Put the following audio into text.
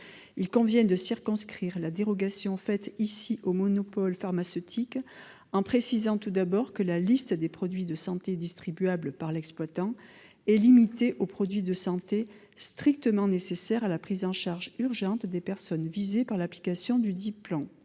il convient de circonscrire la dérogation faite au monopole pharmaceutique, en précisant tout d'abord que la liste des produits de santé distribuables par l'exploitant est limitée aux produits de santé « strictement nécessaires à la prise en charge urgente des personnes visées par l'application dudit